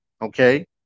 okay